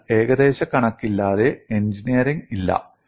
അതിനാൽ ഏകദേശ കണക്കില്ലാതെ എഞ്ചിനീയറിംഗ് ഇല്ല